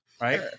right